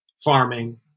farming